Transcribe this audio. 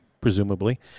presumably